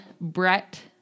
Brett